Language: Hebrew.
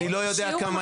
אני לא יודע כמה